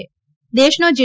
દેશનો જી